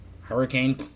hurricane